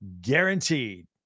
guaranteed